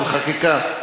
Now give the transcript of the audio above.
של חקיקה.